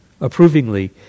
approvingly